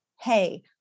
hey